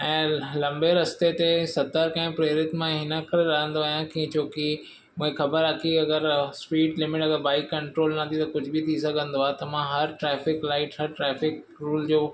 ऐं लंबे रस्ते ते सतर्क ऐं प्रेरित मां इन करे रहंदो आहियां की छो की मूंखे ख़बर आहे की अगरि स्पीड लिमिट अगरि बाइक कंट्रोल न थी त कुझु बि थी सघंदो आहे त मां हर ट्रैफ़िक लाइट हर ट्रैफ़िक रूल जो